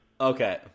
Okay